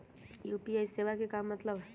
UPI सेवा के का मतलब है?